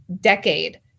decade